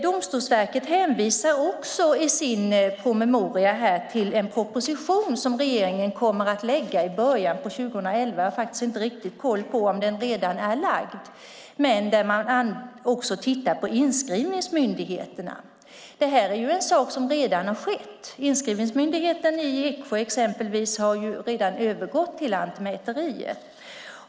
Domstolsverket hänvisar i sin promemoria till en proposition som regeringen kommer att lägga fram i början av 2011 - jag har inte riktigt koll på om den redan är framlagd - där man tittar på inskrivningsmyndigheterna. Det här är en sak som redan har skett. Inskrivningsmyndigheten i Eksjö exempelvis har redan övergått till Lantmäteriet.